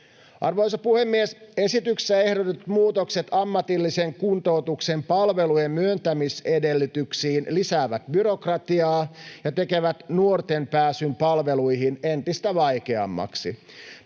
Arvoisa puhemies! Esityksessä ehdotetut muutokset ammatillisen kuntoutuksen palvelujen myöntämisedellytyksiin lisäävät byrokratiaa ja tekevät nuorten pääsyn palveluihin entistä vaikeammaksi.